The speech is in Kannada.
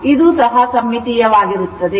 ಆದ್ದರಿಂದ ಇದು ಸಮ್ಮಿತೀಯವಾಗಿರುತ್ತದೆ